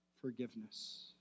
forgiveness